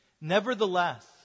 Nevertheless